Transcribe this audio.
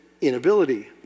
inability